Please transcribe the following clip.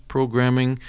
Programming